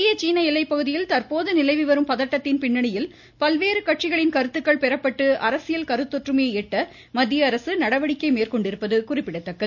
இந்திய சீன எல்லைப்பகுதியில் தற்போது நிலவி வரும் பதட்டத்தின் பின்னணியில் பல்வேறு கட்சிகளின் கருத்துக்கள் பெறப்பட்டு அரசியல் கருத்தொற்றுமையை எட்ட மத்திய அரசு நடவடிக்கை மேற்கொண்டிருப்பது குறிப்பிடத்தக்கது